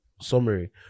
Summary